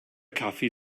kaffee